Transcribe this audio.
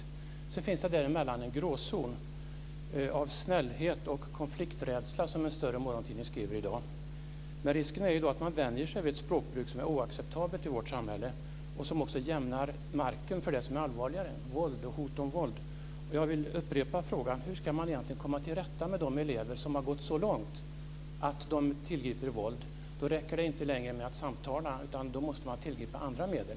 Däremellan finns det en gråzon av snällhet och konflikträdsla, som det står i en större morgontidning i dag. Men risken är att man vänjer sig vid ett språkbruk som är oacceptabelt i vårt samhälle och som också jämnar marken för det som är allvarligare, våld och hot om våld. Jag vill upprepa frågan: Hur ska man egentligen komma till rätta med de elever som har gått så långt att de tillgriper våld? Då räcker det inte längre med att samtala, utan då måste man tillgripa andra medel.